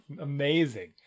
amazing